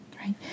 right